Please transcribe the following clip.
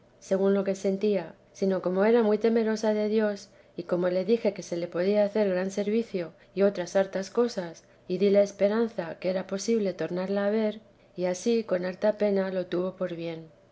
según lo que sentía sino como era muy temerosa de dios y como le dije que se le podía hacer gran servicio y otras hartas cosas y dile esperanza que era posible tornarla a ver y ansí con harta pena lo tuvo por bien